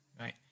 Right